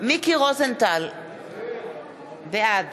מיקי רוזנטל, בעד